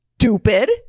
stupid